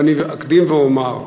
ואני אקדים ואומר,